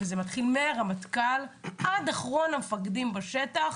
מהרמטכ"ל ועד אחרון המפקדים בשטח,